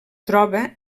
troba